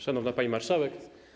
Szanowna Pani Marszałek!